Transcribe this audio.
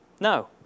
No